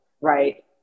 right